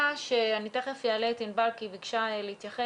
אני תכף אעלה את ענבל כי היא ביקשה להתייחס.